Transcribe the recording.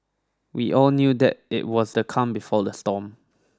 we all knew that it was the calm before the storm